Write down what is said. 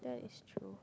that is true